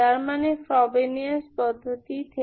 তার মানে ফ্রবেনিয়াস পদ্ধতি থেকে